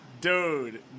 Dude